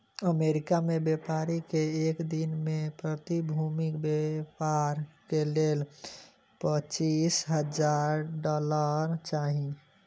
America में व्यापारी के एक दिन में प्रतिभूतिक व्यापार के लेल पचीस हजार डॉलर चाही